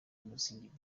mutzig